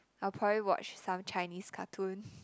I'll probably watch some Chinese cartoon